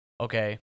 Okay